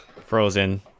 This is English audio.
Frozen